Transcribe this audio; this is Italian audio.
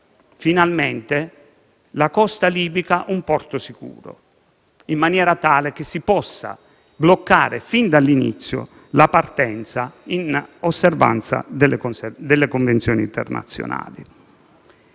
finalmente la costa libica un porto sicuro, in maniera tale che si possa bloccare fin dall'inizio la partenza in osservanza delle convenzioni internazionali.